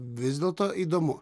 vis dėlto įdomu